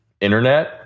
internet